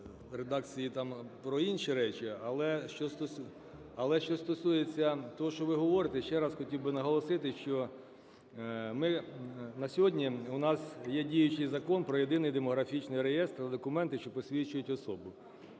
редакції там про інші речі. Але що стосується того, що ви говорите, ще раз хотів би наголосити, що ми… на сьогодні у нас є діючий Закон про Єдиний демографічний реєстр та документи, що посвідчують особу.